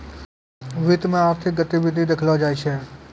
वित्त मे आर्थिक गतिविधि देखलो जाय छै